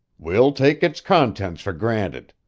we'll take its contents for granted.